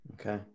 Okay